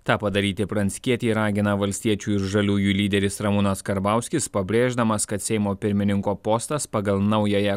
tą padaryti pranckietį ragina valstiečių ir žaliųjų lyderis ramūnas karbauskis pabrėždamas kad seimo pirmininko postas pagal naująją